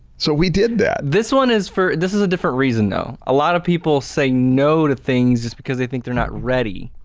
so, we did that. stan this one is for this is a different reason no. a lot of people say no to things just because they think they're not ready.